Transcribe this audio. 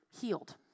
healed